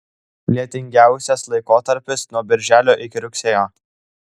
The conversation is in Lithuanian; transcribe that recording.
lietingiausias laikotarpis nuo birželio iki rugsėjo